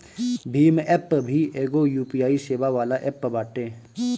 Bhim app भी एगो UPI सेवा वाला एप्प बाटे